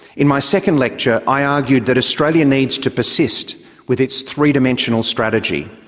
in my second lecture, i argued that australia needs to persist with its three-dimensional strategy.